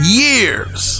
years